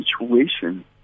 situation